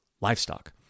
livestock